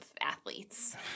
athletes